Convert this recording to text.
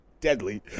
deadly